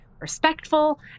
respectful